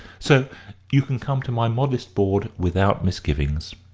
so you can come to my modest board without misgivings.